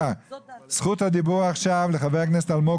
זכות הדיבור עכשיו לחבר הכנסת אלמוג